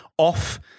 Off